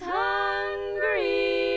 hungry